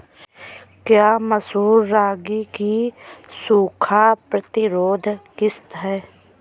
क्या मसूर रागी की सूखा प्रतिरोध किश्त है?